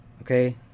okay